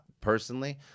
personally